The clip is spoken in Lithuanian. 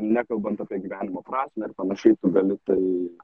nekalbant apie gyvenimo prasmę ir panašiai tu gali tai